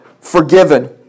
forgiven